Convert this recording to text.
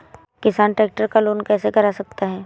किसान ट्रैक्टर का लोन कैसे करा सकता है?